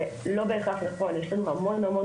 זה לא בהכרח נכון יש לנו המון-המון